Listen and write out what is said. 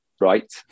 right